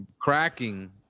cracking